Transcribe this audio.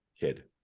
kid